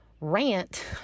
rant